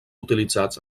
utilitzats